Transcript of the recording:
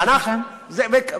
בבקשה.